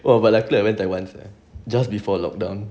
!whoa! but luckily I went taiwan sia just before lockdown